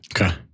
Okay